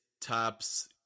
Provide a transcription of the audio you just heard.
tops